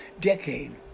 decade